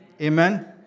Amen